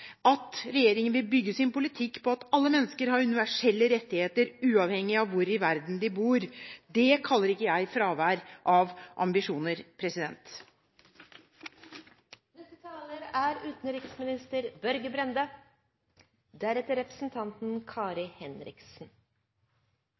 at regjeringen vil bygge sin politikk på at alle mennesker har universelle rettigheter, uavhengig av hvor i verden de bor. Det kaller ikke jeg fravær av ambisjoner.